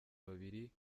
babiri